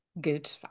Good